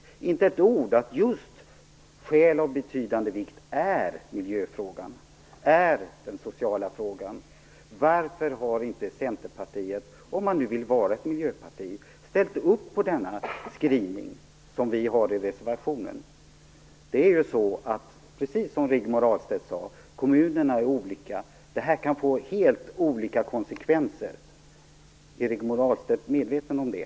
Jag hörde inte ett ord om att skäl av betydande vikt är just miljöfrågan, är den sociala frågan. Varför har inte Centerpartiet, om man nu vill vara ett miljöparti, ställt upp på den skrivning vi har i vår reservation? Precis som Rigmor Ahlstedt sade är kommunerna helt olika. Det här kan få helt olika konsekvenser. Är Rigmor Ahlstedt medveten om det?